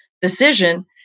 decision